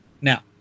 Now